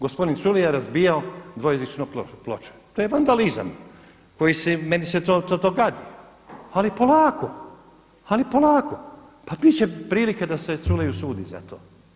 Gospodin Culej je razbijao dvojezičnu ploču, to je vandalizam koji se, meni se to gadi ali polako, ali polako, pa biti će prilike da se Culeju sudi za to.